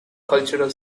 cultural